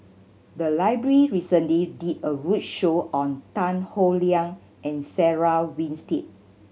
the library recently did a roadshow on Tan Howe Liang and Sarah Winstedt